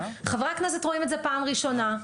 חברי הכנסת רואים את זה בפעם הראשונה.